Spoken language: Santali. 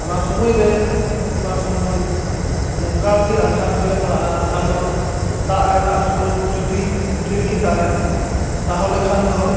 ᱚᱱᱟ ᱥᱳᱢᱳᱭ ᱨᱮ ᱢᱤᱫᱵᱟᱨ ᱥᱳᱢᱳᱭ ᱱᱚᱝᱠᱟᱜᱮ ᱟᱡᱷᱟᱴ ᱨᱮᱞᱮ ᱯᱟᱲᱟᱜᱼᱟ ᱡᱟᱦᱟᱸ ᱫᱚ ᱫᱟᱜ ᱨᱮᱱᱟᱜ ᱥᱨᱳᱛ ᱡᱩᱫᱤ ᱰᱷᱮᱨ ᱜᱮ ᱛᱟᱦᱮᱱ ᱛᱟᱦᱚᱞᱮ ᱠᱷᱟᱱ ᱫᱚ